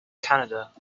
canada